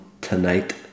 tonight